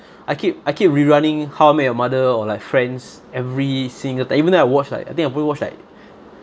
I keep I keep rerunning how I met your mother or like friends every single time even though I watched like I think I ever watched like